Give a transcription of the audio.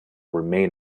remain